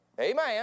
Amen